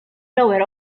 lower